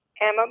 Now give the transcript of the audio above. Emma